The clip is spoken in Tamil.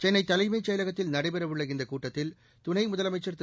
சென்னை தலைமைச் செயலகத்தில் நடைபெற உள்ள இந்த கூட்டத்தில் துணை முதலமைச்சா் திரு